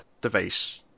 device